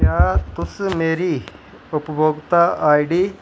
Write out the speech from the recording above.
क्या तुस मेरी उपभोक्ता आई डी